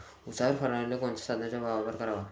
उसावर फवारनीले कोनच्या साधनाचा वापर कराव?